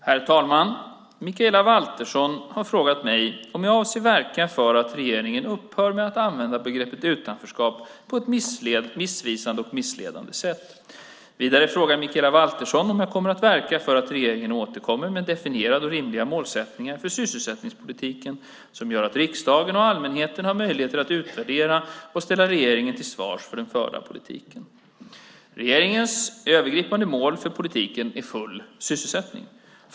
Herr talman! Mikaela Valtersson har frågat mig om jag avser att verka för att regeringen upphör med att använda begreppet utanförskap på ett missvisande och missledande sätt. Vidare frågar Mikaela Valtersson om jag kommer att verka för att regeringen återkommer med definierade och rimliga målsättningar för sysselsättningspolitiken som gör att riksdagen och allmänheten har möjligheter att utvärdera och ställa regeringen till svars för den förda politiken. Regeringens övergripande mål för politiken är full sysselsättning.